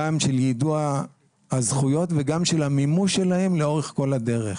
גם של יידוע הזכויות וגם של המימוש שלהן לאורך כל הדרך.